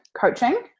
coaching